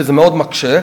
שזה מאוד מקשה,